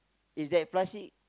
if that plastic